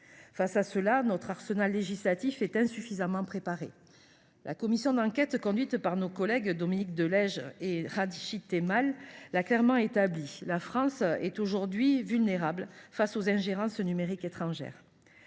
faire face, notre arsenal législatif est insuffisant. La commission d’enquête conduite par nos collègues Dominique de Legge et Rachid Temal l’a clairement établi, la France est aujourd’hui vulnérable face aux ingérences numériques étrangères.